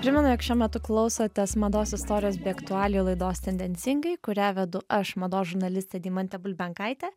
primenu jog šiuo metu klausotės mados istorijos bei aktualijų laidos tendencingai kurią vedu aš mados žurnalistė deimantė bulbenkaitė